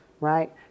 Right